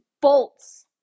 bolts